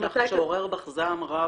שעורר בך זעם רב,